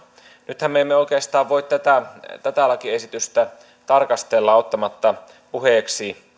nythän me emme voi oikeastaan tätä lakiesitystä tarkastella ottamatta puheeksi